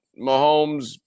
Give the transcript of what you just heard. mahomes